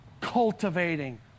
cultivating